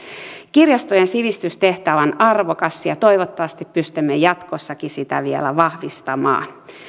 kirjastojen sivistystehtävä on arvokas ja toivottavasti pystymme jatkossakin sitä vielä vahvistamaan